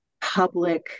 public